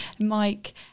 Mike